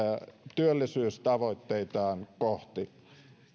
työllisyystavoitteitaan kohti